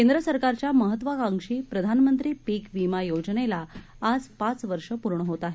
केंद्र सरकारच्या महत्वाकांक्षी प्रधानमंत्री पिक विमा योजनेला आज पाच वर्ष पूर्ण होत आहे